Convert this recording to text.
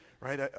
right